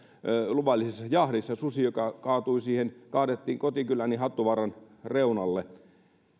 luvallisessa jahdissa susi joka kaadettiin kotikyläni hattuvaaran reunalle